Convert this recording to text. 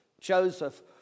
Joseph